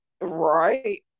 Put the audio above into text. right